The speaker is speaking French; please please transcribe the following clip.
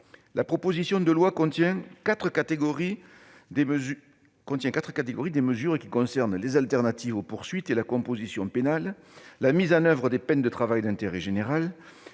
des dispositions de quatre catégories : des mesures qui concernent les alternatives aux poursuites et la composition pénale ; la mise en oeuvre des peines de travail d'intérêt général